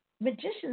magician's